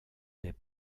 n’est